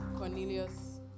Cornelius